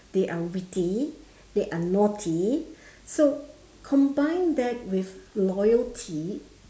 they are witty they are naughty so combine that with loyalty